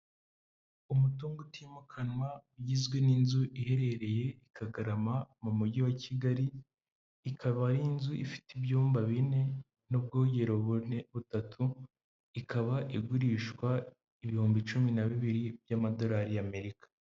Umutungo utimukanwa ugizwe n'inzu iherereye i Kagarama mu Mujyi wa Kigali, ikaba ari inzu ifite ibyumba bine n'ubwogero bune butatu, ikaba igurishwa ibihumbi cumi na bibiri by'amadolari y'Amerika.